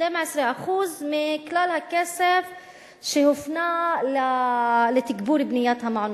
12% מכלל הכסף שהופנה לתגבור בניית מעונות-היום.